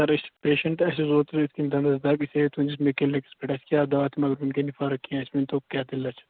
سَر أسۍ چھِ پیشیٚنٛٹہٕ اسہ اوس اوترٕ یِتھٕ کٔنۍ دَنٛدَس دَگ أسۍ گٔییہِ تُہُنٛدِس کٕلنِکَس پیٚٹھ اَسہِ کھیٚیٛاو دَوا تہِ مگر وُنہِ گٔے نہٕ فرٕق کیٚنٛہہ اسہِ ؤنۍتَو کیٛاہ دٔلیٖل